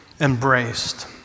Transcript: embraced